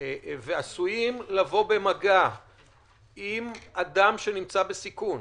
ועשויים לבוא במגע עם אדם שנמצא בסיכון,